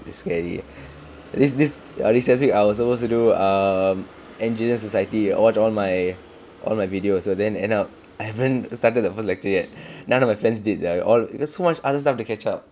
a bit scary leh this this err recess week I was supposed to do um engineer society watch all my all my videos also then end up I haven't started the first lecture yet none of my friends did ah got so much other stuff to catch up